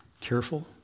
careful